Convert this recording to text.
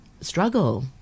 struggle